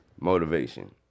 motivation